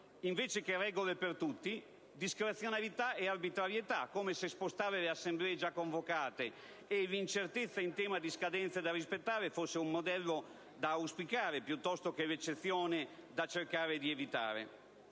invece che regole per tutti, discrezionalità e arbitrarietà, come se spostare le assemblee già convocate e l'incertezza in tema di scadenze da rispettare fosse un modello da auspicare piuttosto che l'eccezione da cercare di evitare.